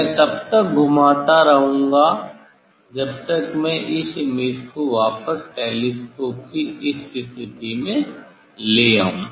मैं तब तक घुमाता रहूँगा जब तक मैं इस इमेज को वापस टेलीस्कोप की इस स्थिति में ले आऊं